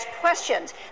questions